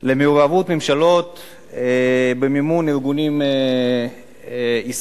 למעורבות ממשלות במימון ארגונים ישראליים.